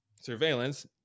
surveillance